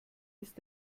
ist